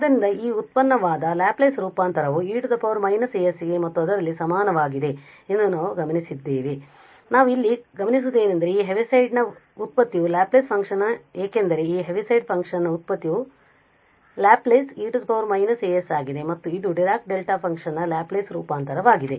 ಆದ್ದರಿಂದ ಈ ವ್ಯುತ್ಪನ್ನವಾದ ಲ್ಯಾಪ್ಲೇಸ್ ರೂಪಾಂತರವು e−as ಗೆ ಮತ್ತು ಅದರಲ್ಲಿ ಸಮಾನವಾಗಿದೆ ಎಂದು ನಾವು ಗಮನಿಸಿದ್ದೇವೆ ಕೇಸ್ ನಾವು ಇಲ್ಲಿ ಗಮನಿಸುವುದೇನೆಂದರೆ ಈ ಹೆವಿಸೈಡ್ ನ ವ್ಯುತ್ಪತ್ತಿಯ ಲ್ಯಾಪ್ಲೇಸ್ ಫಂಕ್ಷನ್ ಏಕೆಂದರೆ ಈ ಹೆವಿಸೈಡ್ ಫಂಕ್ಷನ್ ನ ವ್ಯುತ್ಪತ್ತಿಯ ಲ್ಯಾಪ್ಲೇಸ್ e−as ಆಗಿದೆ ಮತ್ತು ಇದು ಡಿರಾಕ್ ಡೆಲ್ಟಾ ಫಂಕ್ಷನ್ ನ ಲ್ಯಾಪ್ಲೇಸ್ ರೂಪಾಂತರವಾಗಿದೆ